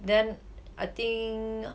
then I think